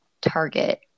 target